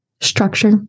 structure